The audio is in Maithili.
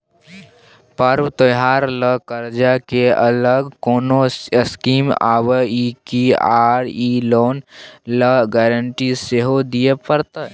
पर्व त्योहार ल कर्ज के अलग कोनो स्कीम आबै इ की आ इ लोन ल गारंटी सेहो दिए परतै?